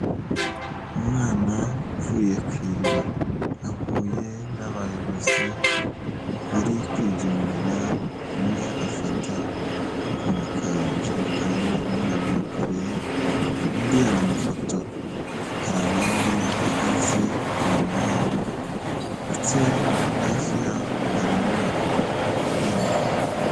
Umwana uvuye ku iriba, ahuye n'abayobozi bari kwigendera umwe afata ku kajerekani umwana yikoreye, undi aramufotora, hari abandi bahagaze inyuma yabo ndetse hafi yaho hari inyubako nini.